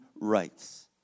rights